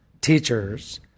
teachers